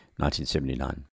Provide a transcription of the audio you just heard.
1979